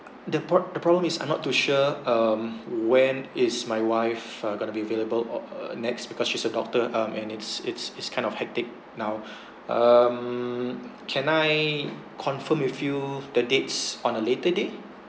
the prob~ the problem is I'm not too sure um when is my wife uh going to be available or uh next because she's a doctor um and it's it's it's kind of hectic now um can I confirm with you the dates on a later day